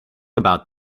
about